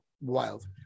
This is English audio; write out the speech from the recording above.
Wild